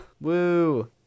Woo